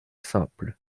simple